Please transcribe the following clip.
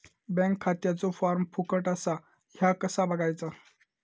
Bank खात्याचो form फुकट असा ह्या कसा बगायचा?